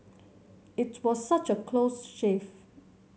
it was such a close shave